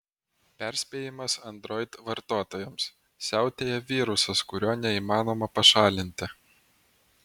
perspėjimas android vartotojams siautėja virusas kurio neįmanoma pašalinti